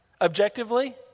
objectively